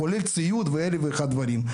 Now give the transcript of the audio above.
כולל ציוד ואלף ואחד דברים.